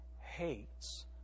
hates